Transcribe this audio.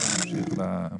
אני כתבתי לעצמי לכתוב מכתב,